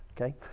Okay